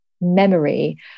memory